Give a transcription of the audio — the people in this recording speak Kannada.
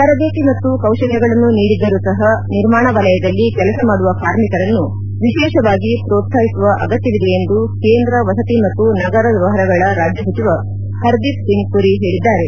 ತರಬೇತಿ ಮತ್ತು ಕೌಶಲ್ಲಗಳನ್ನು ನೀಡಿದರೂ ಸಹ ನಿರ್ಮಾಣ ವಲಯದಲ್ಲಿ ಕೆಲಸ ಮಾಡುವ ಕಾರ್ಮಿಕರನ್ನು ವಿಶೇಷವಾಗಿ ಪ್ರೋತ್ಸಾಹಿಸುವ ಅಗತ್ಯವಿದೆ ಎಂದು ಕೇಂದ್ರ ವಸತಿ ಮತ್ತು ನಗರ ವ್ಲವಹಾರಗಳ ರಾಜ್ಯ ಸಚಿವ ಹರ್ದೀಪ್ ಸಿಂಗ್ ಪುರಿ ಹೇಳಿದ್ದಾರೆ